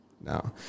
No